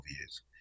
years